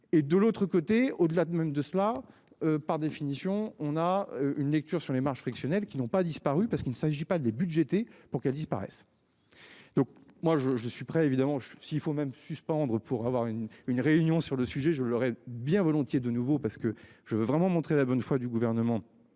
et de l'autre côté au-delà de même de cela. Par définition, on a une lecture sur les marges frictionnel qui n'ont pas disparu parce qu'il ne s'agit pas de les budgétés pour qu'elle disparaisse. Donc moi je suis prêt évidemment, s'il faut même suspendre pour avoir une, une réunion sur le sujet, je l'aurais bien volontiers de nouveau parce que je veux vraiment montrer la bonne foi du gouvernement